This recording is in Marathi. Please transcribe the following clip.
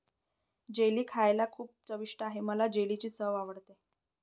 जेली खायला खूप चविष्ट आहे मला जेलीची चव आवडते